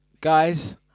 guys